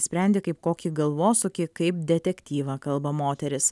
sprendi kaip kokį galvosūkį kaip detektyvą kalba moteris